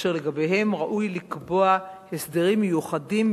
אשר לגביהם ראוי לקבוע הסדרים מיוחדים,